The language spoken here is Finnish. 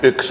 yks